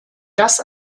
das